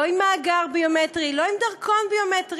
לא עם מאגר ביומטרי, לא